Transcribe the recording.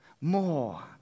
more